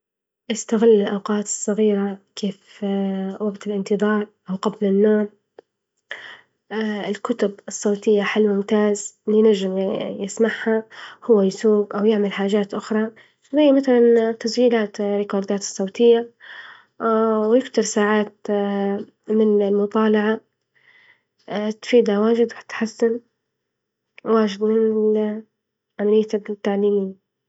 إستغل الأوقات الصغيرة كيف وقت الإنتظار أو قبل النوم، الكتب الصوتية حل ممتاز لنجم يسمعها، وهو يسوق و يعمل حاجات، خرى زي مثلا تسجيلات ريكوردات صوتية ويكتب ساعات من المطالعة تفيدها واجد وتتحسن واجد من أهميتك التعليمية.